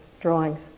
drawings